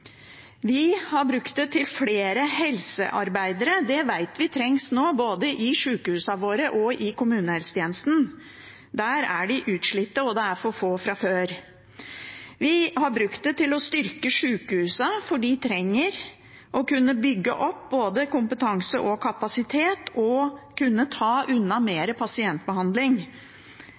Vi har brukt det til flere helsearbeidere – det vet vi trengs nå både i sjukehusene våre og i kommunehelsetjenesten. Der er de utslitte, og de er for få fra før. Vi har brukt det til å styrke sjukehusene, for de trenger å kunne bygge opp både kompetanse og kapasitet og kunne ta unna mer pasientbehandling.